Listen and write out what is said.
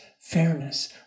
fairness